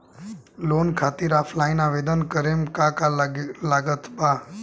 Loan खातिर offline आवेदन करे म का का लागत बा?